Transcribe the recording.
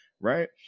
right